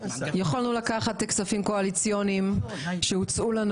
יכולנו לקחת כספים קואליציוניים שהוצעו לנו